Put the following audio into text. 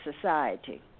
society